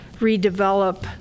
redevelop